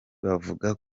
bavuga